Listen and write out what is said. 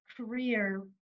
career